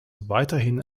weiterhin